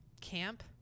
camp